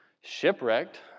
shipwrecked